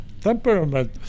temperament